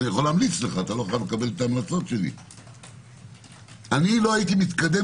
אני יכול להמליץ לך אני לא הייתי מתקדם